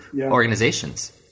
organizations